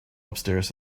upstairs